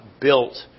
built